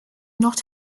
not